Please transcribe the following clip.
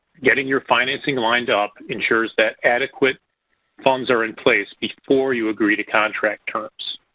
getting your financing lined up ensures that adequate funds are in place before you agree to contract terms.